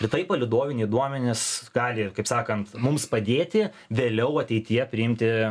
ir taip palydoviniai duomenys gali kaip sakant mums padėti vėliau ateityje priimti